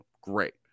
Great